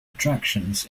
attractions